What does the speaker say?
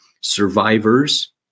Survivors